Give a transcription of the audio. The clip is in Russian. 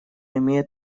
имеет